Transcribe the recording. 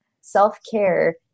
Self-care